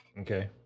Okay